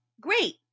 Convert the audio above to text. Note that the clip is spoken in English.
great